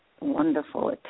wonderful